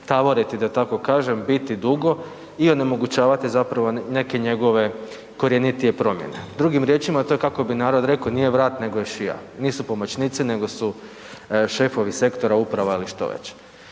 taboriti da tako kažem biti dugo i onemogućavati zapravo neke njegove korjenitije promjene. Drugim riječima, a to je kako bi narod rekao „nije vrat nego je šija“, nisu pomoćnici nego su šefovi sektora, uprava ili što već.